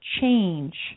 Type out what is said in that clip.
change